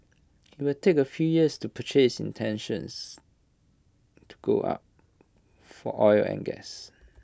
IT will take A few years to purchase intentions to go up for oil and gas